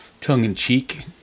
tongue-in-cheek